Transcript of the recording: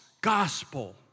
gospel